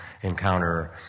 encounter